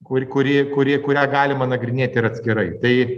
kur kuri kuri kurią galima nagrinėti ir atskirai tai